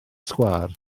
sgwâr